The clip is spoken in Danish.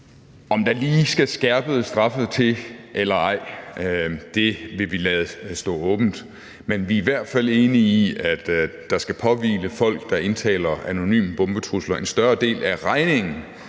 Om der lige skal skærpede straffe til eller ej, vil vi lade stå åbent, men vi er i hvert fald enige i, at der skal påhvile folk, der indtaler anonyme bombetrusler, en større del af regningen